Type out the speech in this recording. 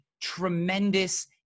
tremendous